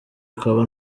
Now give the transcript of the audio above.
akaba